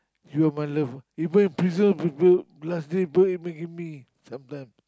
you are my love one even if prison people last day buy maggi-mee sometime